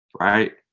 right